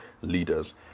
leaders